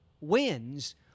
wins